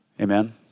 Amen